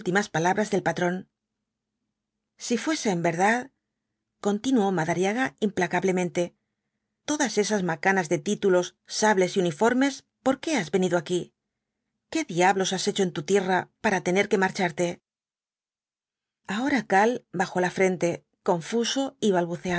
palabras del patrón si fuesen verdad continuó madariaga implacablemente todas esas macanas de títulos sables y uniformes por qué has venido aquí qué diablos has hecho en tu tierra para tener que marcharte ahora karl bajó la frente confuso